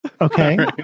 Okay